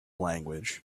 language